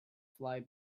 fly